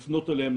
לפנות אליהן,